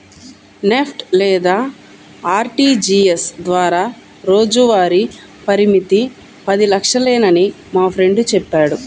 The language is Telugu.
నెఫ్ట్ లేదా ఆర్టీజీయస్ ద్వారా రోజువారీ పరిమితి పది లక్షలేనని మా ఫ్రెండు చెప్పాడు